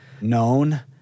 known